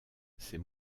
c’est